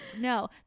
no